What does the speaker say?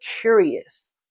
curious